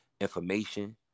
information